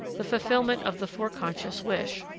the fulfillment of the foreconscious wish.